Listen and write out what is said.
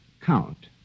count